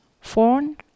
phone